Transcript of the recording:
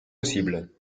possible